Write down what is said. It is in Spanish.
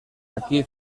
aquí